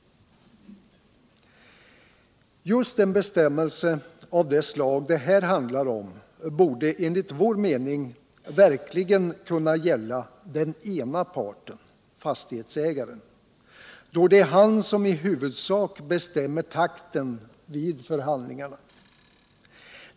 Just en bestämmelse av det slag det här handlar om borde enligt vår mening verkligen kunna gälla den ena parten, fastighetsägaren, då det är han som i huvudsak bestämmer takten i samband med förhandlingarna.